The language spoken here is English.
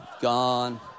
gone